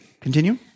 continue